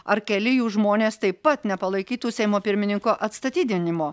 ar keli jų žmonės taip pat nepalaikytų seimo pirmininko atstatydinimo